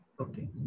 Okay